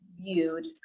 viewed